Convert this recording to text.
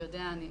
שיודע לעומק,